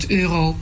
euro